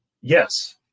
Yes